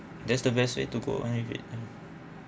that's the best way to go on with it